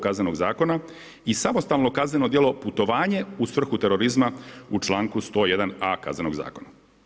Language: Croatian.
Kaznenog zakona i samostalno kazneno djelo putovanje u svrhu terorizma u članku 101. a Kaznenog zakona.